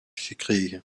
gekregen